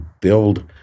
build